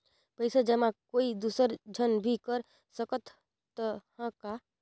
पइसा जमा कोई दुसर झन भी कर सकत त ह का?